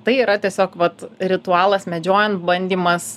tai yra tiesiog vat ritualas medžiojant bandymas